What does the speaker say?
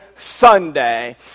Sunday